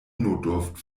notdurft